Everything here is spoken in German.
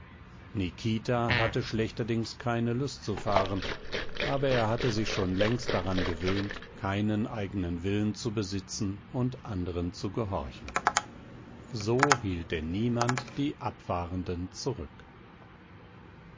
nikita hatte schlechterdings keine lust zu fahren aber er hatte sich schon längst daran gewöhnt keinen eigenen willen zu besitzen und anderen zu gehorchen so hielt denn niemand die abfahrenden zurück